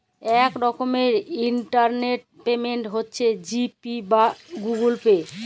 ইক রকমের internet payment হছে জি পে বা গুগল পে